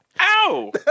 Ow